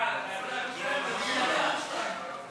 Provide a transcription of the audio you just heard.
בסדר-היום של הכנסת נתקבלה.